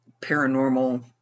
paranormal